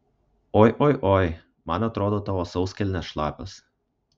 oi oi oi man atrodo tavo sauskelnės šlapios